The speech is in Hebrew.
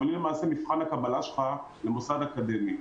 אבל היא למעשה מבחן הקבלה שלך למוסד אקדמי.